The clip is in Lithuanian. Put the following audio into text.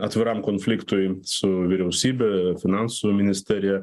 atviram konfliktui su vyriausybe finansų ministerija